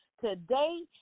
today